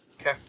Okay